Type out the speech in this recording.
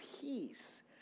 peace